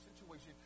situation